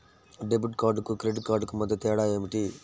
Debit కార్డుకు credit కార్డుకు మధ్య తేడా ఏమిటీ?